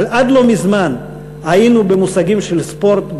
אבל עד לא מזמן היינו במושגים של ספורט בהסברה,